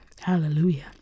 Hallelujah